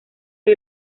que